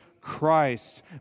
Christ